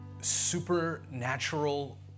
supernatural